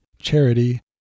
charity